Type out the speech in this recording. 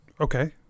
Okay